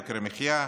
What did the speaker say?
"יוקר המחיה"?